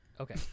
Okay